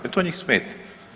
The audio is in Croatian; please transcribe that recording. I to njih smeta.